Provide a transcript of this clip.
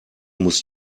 muss